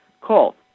Call